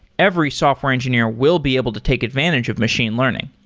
every software engineer will be able to take advantage of machine learning.